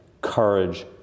courage